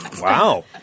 Wow